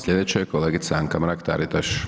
Slijedeća je kolegica Anka Mrak Taritaš.